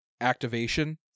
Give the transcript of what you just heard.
activation